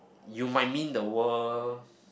you might mean the world